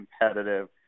competitive